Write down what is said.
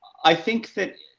i think that,